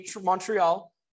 Montreal